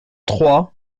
trois